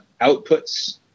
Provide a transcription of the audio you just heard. outputs